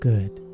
Good